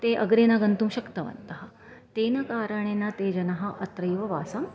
ते अग्रे न गन्तुं शक्तवन्तः तेन कारणेन ते जनः अत्रैव वासम्